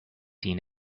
seen